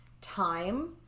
time